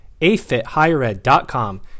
AFITHigherEd.com